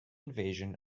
invasion